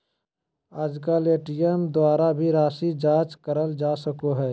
आजकल ए.टी.एम द्वारा भी राशी जाँच करल जा सको हय